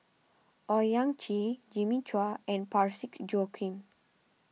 Owyang Chi Jimmy Chua and Parsick Joaquim